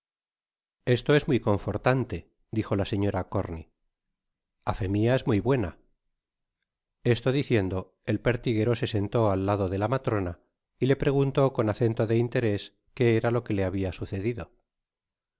esto es muy confortante dijo la señora corney a íé mia es muy bueno esto diciendo el pertiguero se sentó al lado de la matrona y le preguntó con acento de interés q e era lo que le habia sucedido